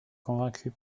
convaincue